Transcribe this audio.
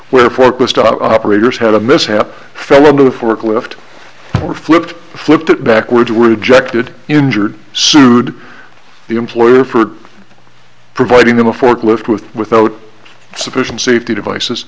where forklift operators had a mishap fell into a forklift or flipped flipped it backwards were ejected injured sued the employer for providing them a forklift with without sufficient safety devices